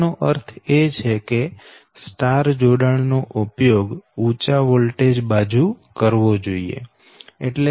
આનો અર્થ છે કે સ્ટાર જોડાણ નો ઉપયોગ ઉંચા વોલ્ટેજ બાજુ કરવો જોઈએ